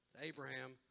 Abraham